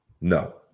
No